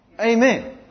Amen